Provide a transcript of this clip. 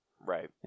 Right